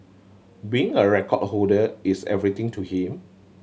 being a record holder is everything to him